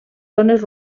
zones